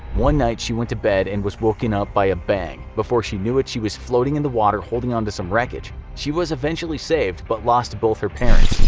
one night she went to bed and was woken up by a bang. before she knew it, she was floating in the water holding on to some wreckage. she was eventually saved, but lost both her parents.